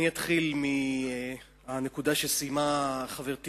אני אתחיל מהנקודה שסיימה חברתי,